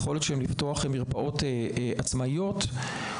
היכולת של עמית רופא לפתוח מרפאות עצמאיות בקהילה.